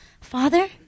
Father